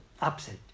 upset